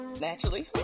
naturally